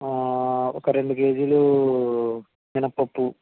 ఒక రెండు కేజీలు మినపప్పు